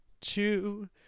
two